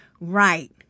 right